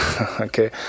okay